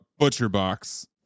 ButcherBox